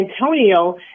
Antonio